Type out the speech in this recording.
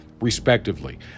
respectively